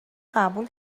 قبول